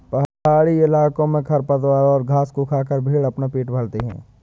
पहाड़ी इलाकों में खरपतवारों और घास को खाकर भेंड़ अपना पेट भरते हैं